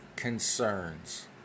concerns